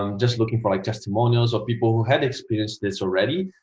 um just looking for like testimonials of people who had experienced this already.